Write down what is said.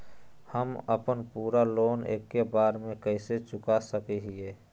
हम अपन पूरा लोन एके बार में कैसे चुका सकई हियई?